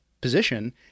position